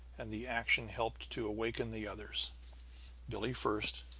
and the action helped to awaken the others billie first,